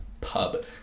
pub